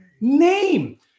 name